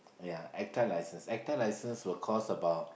ya A_C_T_A license A_C_T_A license will cost about